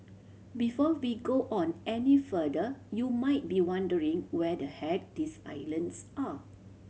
before we go on any further you might be wondering where the heck these islands are